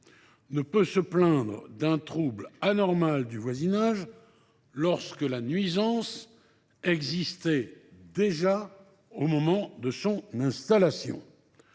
ne peut se plaindre d’un trouble anormal du voisinage lorsque la nuisance existait déjà au moment de son installation.